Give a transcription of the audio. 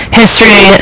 history